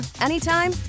anytime